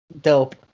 dope